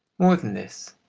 more than this,